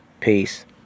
Peace